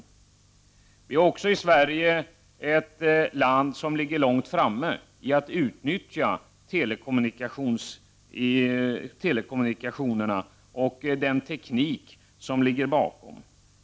Sverige är också ett land som ligger långt framme vad gäller att utnyttja telekommunikationerna och den teknik som ligger bakom.